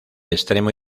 extremo